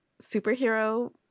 superhero